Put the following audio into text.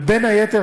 בין היתר,